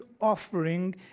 offering